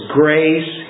grace